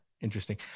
interesting